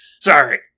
Sorry